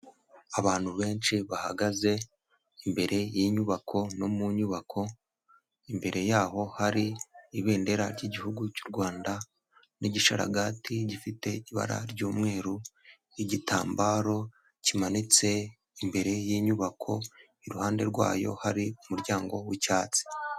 Abantu benshi bahagaze imbere y'inyubako no mu nyubako, imbere y'aho hari ibendera ry'igihugu cy'u Rwanda n'igisharagati gifite ibara ry'umweru n'igitambaro kimanitse imbere y'inyubako, iruhande rwayo hari umuryango wicyatsi.